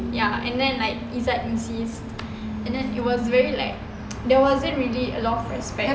ya and then like izzat insist and then it was very like there wasn't really a lot of respect